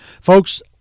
folks